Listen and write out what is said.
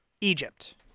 Egypt